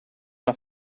una